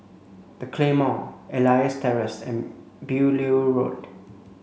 The Claymore Elias Terrace and Beaulieu Road